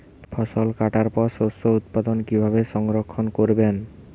ফসল কাটার পর শস্য উৎপাদন কিভাবে সংরক্ষণ করবেন?